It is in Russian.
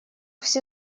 все